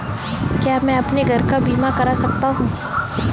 क्या मैं अपने घर का बीमा करा सकता हूँ?